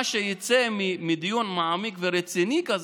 מה שיצא מדיון מעמיק ורציני כזה,